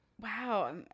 Wow